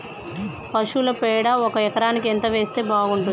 పశువుల పేడ ఒక ఎకరానికి ఎంత వేస్తే బాగుంటది?